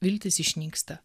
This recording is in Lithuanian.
viltys išnyksta